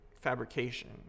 fabrication